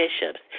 bishops